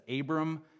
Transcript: Abram